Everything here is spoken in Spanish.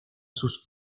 sus